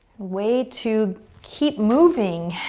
way to keep moving,